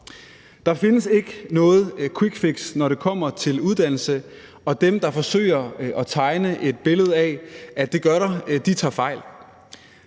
Der findes ikke noget quickfix, når det kommer til uddannelse, og dem, der forsøger at tegne et billede af, at det gør der, tager fejl.